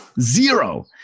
Zero